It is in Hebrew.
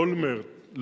אולמרט,